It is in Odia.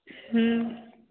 ହୁଁ